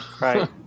Right